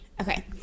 okay